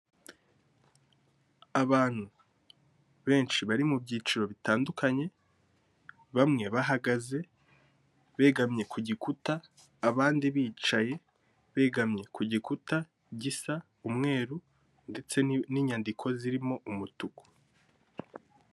Abantu benshi bari mu byiciro bitandukanye, bamwe bahagaze begamye ku gikuta, abandi bicaye begamye ku gikuta gisa umweru ndetse n'inyandiko zirimo umutuku.